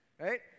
Right